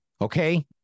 Okay